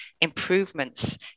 improvements